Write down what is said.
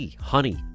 honey